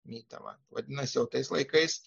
mytava vadinasi jau tais laikais